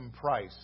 price